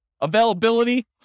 Availability